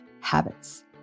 habits